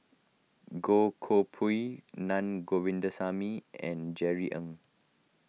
Goh Koh Pui Naa Govindasamy and Jerry Ng